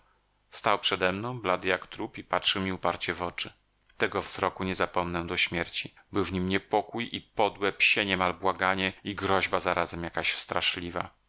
stał przedemną blady jak trup i patrzył mi uparcie w oczy tego wzroku nie zapomnę do śmierci był w nim niepokój i podłe psie niemal błaganie i groźba zarazem jakaś straszliwa